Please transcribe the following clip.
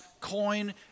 coin